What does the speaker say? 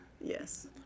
yes